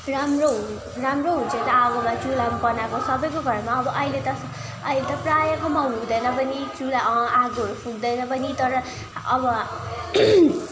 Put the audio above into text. राम्रो हुन् राम्रो हुन्छ आगोमा चुल्हामा बनाएको सबैको घरमा अब अहिले त अहिले त प्राय कोमा हुँदैन पनि चुल्हा आगोहरू फुक्दैन पनि तर अब